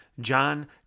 John